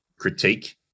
Critique